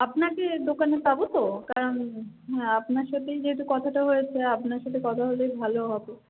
আপনাকে দোকানে পাব তো কারণ হ্যাঁ আপনার সাথেই যেহেতু কথাটা হয়েছে আপনার সাথে কথা হলেই ভালো হবে